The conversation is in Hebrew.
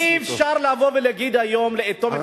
לכן אי-אפשר לבוא ולהגיד היום, לאטום את